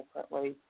differently